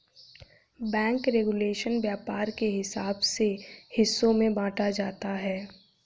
bank regulation व्यापार के हिसाब से हिस्सों में बांटा जाता है